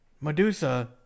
Medusa